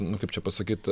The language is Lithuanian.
nu kaip čia pasakyt